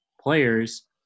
players